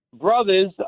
brothers